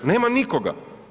Nema nikoga.